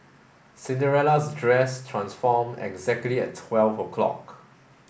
Cinderella's dress transform exactly at twelve o'clock